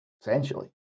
essentially